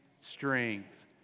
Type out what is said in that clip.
strength